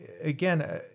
again